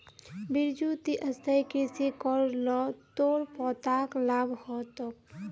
बिरजू ती स्थायी कृषि कर ल तोर पोताक लाभ ह तोक